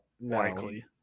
likely